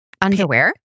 underwear